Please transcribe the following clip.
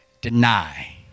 Deny